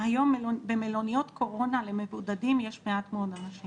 היום במלוניות קורונה למבודדים,